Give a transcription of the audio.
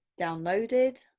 downloaded